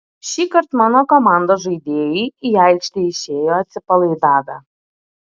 šįkart mano komandos žaidėjai į aikštę išėjo atsipalaidavę